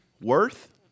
Worth